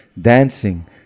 dancing